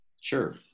Sure